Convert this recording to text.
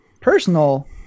personal